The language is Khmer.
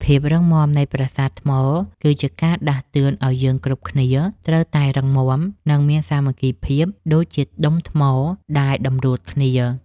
ភាពរឹងមាំនៃប្រាសាទថ្មគឺជាការដាស់តឿនឱ្យយើងគ្រប់គ្នាត្រូវតែរឹងមាំ និង មានសាមគ្គីភាពដូចជាដុំថ្មដែលតម្រួតគ្នា។